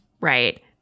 Right